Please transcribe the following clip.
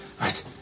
right